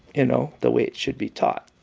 you know, the way it should be taught